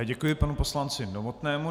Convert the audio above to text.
Děkuji panu poslanci Novotnému.